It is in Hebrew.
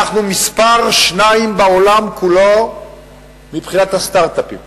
אנחנו מספר שתיים בעולם כולו מבחינת הסטארט-אפים.